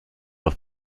auf